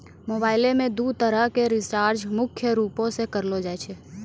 मोबाइलो मे दू तरह के रीचार्ज मुख्य रूपो से करलो जाय छै